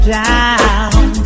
down